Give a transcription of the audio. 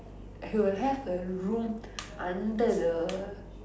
he will have a room under the